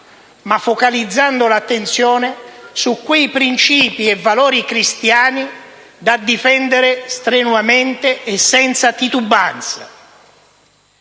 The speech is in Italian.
focalizzando l'attenzione su quei principi e valori cristiani da difendere strenuamente e senza titubanza.